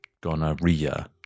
gonorrhea